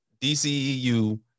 DCEU